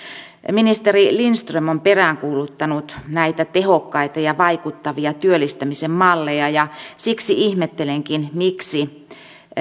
ministeri lindström on peräänkuuluttanut näitä tehokkaita ja vaikuttavia työllistämisen malleja ja siksi ihmettelenkin miksi